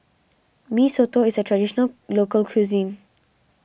Mee Soto is a Traditional Local Cuisine